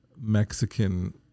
Mexican